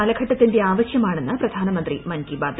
കാലഘട്ടത്തിന്റെ ആവശ്യമാണെന്ന് പ്രധാനമന്ത്രി മൻ കി ബാത്തിൽ